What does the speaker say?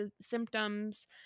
symptoms